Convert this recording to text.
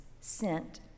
sent